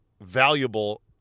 valuable